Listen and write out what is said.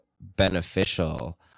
beneficial